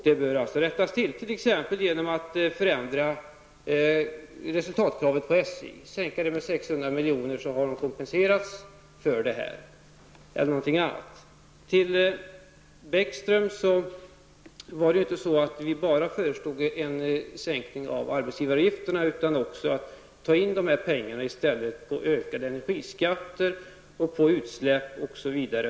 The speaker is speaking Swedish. Det bör alltså rättas till, t.ex. genom att man förändrar resultatkravet för SJ. Om man sänker det med 600 milj.kr., så har SJ Till Lars Bäckström vill jag säga att det inte var så, att vi bara föreslog en sänkning av arbetsgivaravgifterna. Vi föreslog också att man skulle ta in dessa pengar på ökade energiskatter, på avgifter för utsläpp osv.